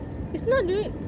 it's not duri~